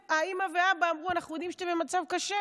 שהאימא והאבא באו ואמרו להם: אנחנו יודעים שאתם במצב קשה,